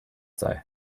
sei